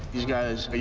these guys,